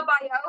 bio